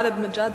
אכן במגזר